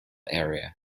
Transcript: area